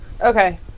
Okay